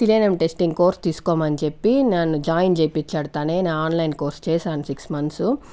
selenium testing course తీసుకోమని చెప్పి నన్ను జాయిన్ చేయించ్చాడు తనే నేను ఆన్లైన్ కోర్స్ చేసాను సిక్స్ మంత్స్